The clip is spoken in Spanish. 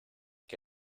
que